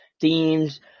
themes